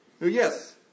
Yes